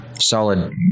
Solid